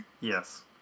Yes